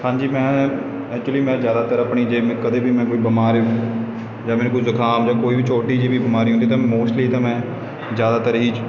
ਹਾਂਜੀ ਮੈਂ ਐਕਚੁਲੀ ਮੈਂ ਜ਼ਿਆਦਾਤਰ ਆਪਣੀ ਜੇ ਮੈਂ ਕਦੇ ਵੀ ਮੈਂ ਕੋਈ ਬਿਮਾਰ ਜਾਂ ਮੈਨੂੰ ਕੋਈ ਜ਼ੁਕਾਮ ਅਤੇ ਕੋਈ ਵੀ ਛੋਟੀ ਜਿਹੀ ਵੀ ਬਿਮਾਰੀ ਹੁੰਦੀ ਤਾਂ ਮੋਸਟਲੀ ਤਾਂ ਮੈਂ ਜ਼ਿਆਦਾਤਰ ਹੀ